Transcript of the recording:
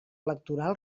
electoral